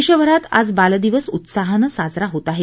देशभरात आज बालदिवस उत्साहानं साजरा होत आहे